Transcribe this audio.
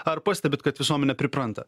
ar pastebit kad visuomenė pripranta